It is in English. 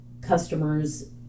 customers